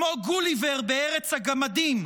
כמו גוליבר בארץ הגמדים,